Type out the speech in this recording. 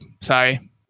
sorry